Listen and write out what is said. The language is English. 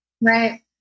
Right